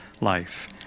life